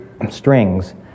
strings